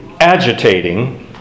agitating